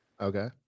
Okay